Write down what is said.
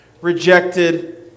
rejected